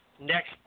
next